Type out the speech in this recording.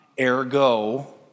Ergo